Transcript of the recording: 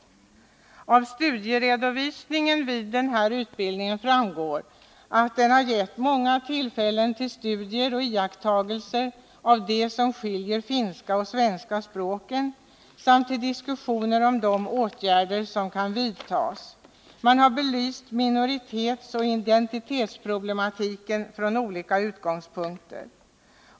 Av studieredovisningen framgår att utbildningen har givit många tillfällen till studier och iakttagelser av det som skiljer finska och svenska språken samt till diskussion om de åtgärder som kan vidtas. Man har belyst minoritetsoch identitetsproblematiken från olika utgångspunkter.